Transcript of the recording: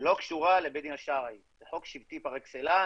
לא קשורה לבית הדין השרעי, זה חוק שבטי פר אקסלנס